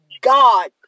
God